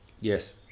Yes